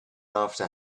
after